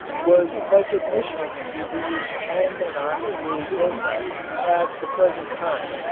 was like admission to the almanach de gotha at the present time,